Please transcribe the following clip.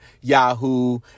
Yahoo